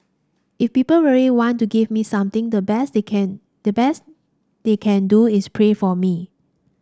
if people really want to give me something the best they can the best they can do is pray for me